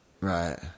Right